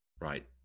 Right